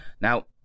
now